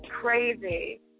crazy